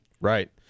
right